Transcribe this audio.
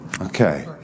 Okay